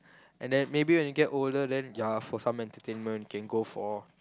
and then maybe when you get older then you are for some entertainment can go for